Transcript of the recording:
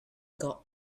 got